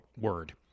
word